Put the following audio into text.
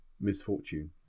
misfortune